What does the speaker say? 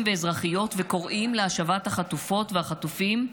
ואזרחיות וקוראים להשבת החטופות והחטופים,